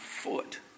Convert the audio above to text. foot